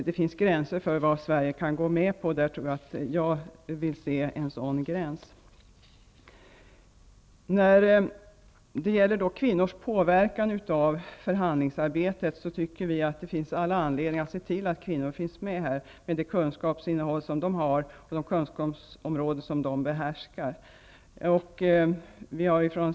Det finns gränser för vad Sverige kan gå med på där. Jag vill se en sådan gräns. När det gäller kvinnors påverkan på förhandlingsarbetet tycker vi att det finns all anledning att se till att kvinnor finns med här med de kunskaper som de har och behärskar.